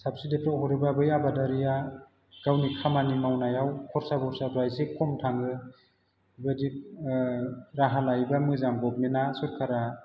साबसिदिफ्राव हरोबा बै आबादारिया गावनि खामानि मावनायाव खरसा बरसाफ्रा एसे खम थाङो बेबायदि राहा लायोबा मोजां गबमेन्टआ सरकारा